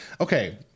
Okay